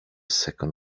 second